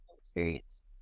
experience